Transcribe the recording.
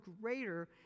greater